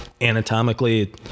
anatomically